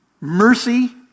Mercy